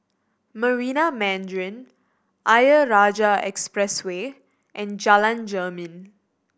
Marina Mandarin Ayer Rajah Expressway and Jalan Jermin